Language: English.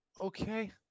Okay